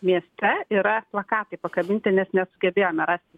mieste yra plakatai pakabinti nes nesugebėjome rasti